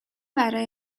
برای